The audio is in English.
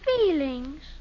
feelings